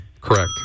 Correct